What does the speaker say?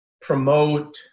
promote